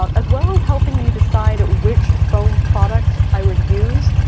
ah as well as helping me decide which foam product i would use.